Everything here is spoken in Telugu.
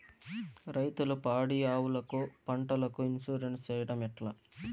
రైతులు పాడి ఆవులకు, పంటలకు, ఇన్సూరెన్సు సేయడం ఎట్లా?